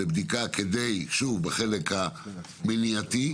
זה בחלק המניעתי,